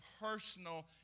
personal